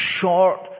short